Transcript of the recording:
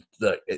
Look